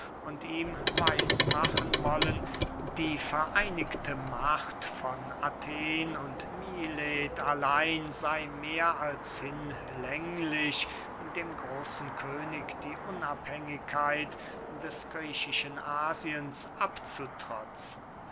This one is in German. ihm weiß machen wollen die vereinigte macht von athen und milet allein sey mehr als hinlänglich dem großen könig die unabhänglichkeit des griechischen asiens abzutrotzen